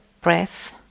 breath